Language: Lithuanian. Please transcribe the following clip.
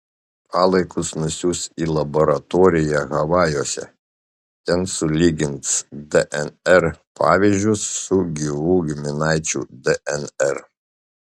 palaikus nusiųs į laboratoriją havajuose ten sulygins dnr pavyzdžius su gyvų giminaičių dnr